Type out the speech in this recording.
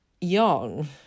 young